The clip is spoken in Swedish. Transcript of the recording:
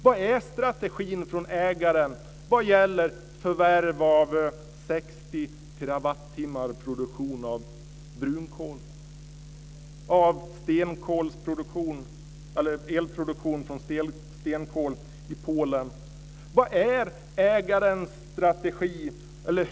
Vilken strategi har ägaren vad gäller förvärv av 60 terawattimmar genom produktion av brunkol och delproduktion av stenkol i Polen?